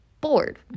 bored